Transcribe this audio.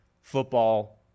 football